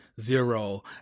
zero